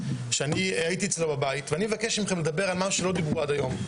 שאני הייתי אצלו בבית ואני מבקש מכם לדבר על מה שלא דיברו עד היום.